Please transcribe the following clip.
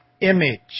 image